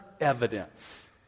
evidence